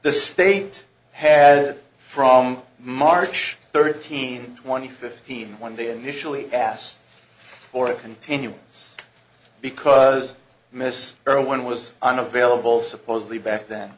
the state has it from march thirteenth twenty fifteen when they initially asked for a continuance because miss irwin was unavailable supposedly back the